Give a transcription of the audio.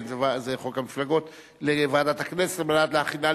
שישה בעד, אין מתנגדים, אין נמנעים.